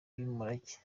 umurage